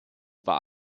war